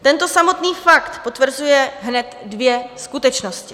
Tento samotný fakt potvrzuje hned dvě skutečnosti.